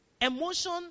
emotion